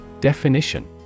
Definition